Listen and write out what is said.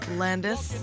landis